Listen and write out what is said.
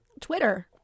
Twitter